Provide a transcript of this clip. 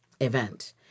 event